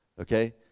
Okay